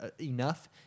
enough